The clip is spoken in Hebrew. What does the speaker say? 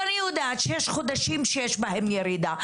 ואני יודעת שיש חודשים שיש בהם ירידה,